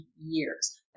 years